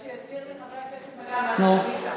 רק שיסביר לחבר הכנסת מגל מה זה שמיסה.